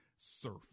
surf